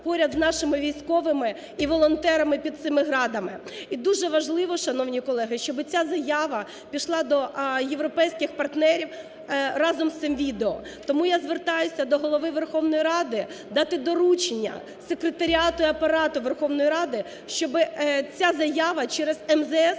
поряд з нашими військовими і волонтерами під цими "Градами". І дуже важливо, шановні колеги, щоби ця заява пішла до європейських партнерів разом із цим відео. Тому я звертаюся до Голови Верховної Ради, дати доручення Секретаріату і Апарату Верховної Ради, щоби ця заява через МЗС